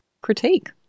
critique